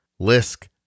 Lisk